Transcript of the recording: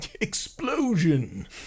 explosion